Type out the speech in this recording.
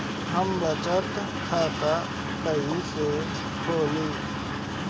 हम बचत खाता कईसे खोली?